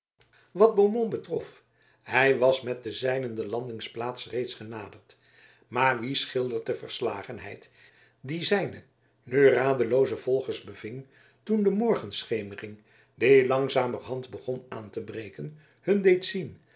wat beaumont betrof hij was met de zijnen de landingsplaats reeds genaderd maar wie schildert de verslagenheid die zijne nu radelooze volgers beving toen de morgenschemering die langzamerhand begon aan te breken hun deed zien